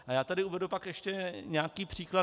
A já tady uvedu pak ještě nějaký příklad.